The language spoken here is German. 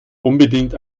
unbedingt